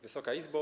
Wysoka Izbo!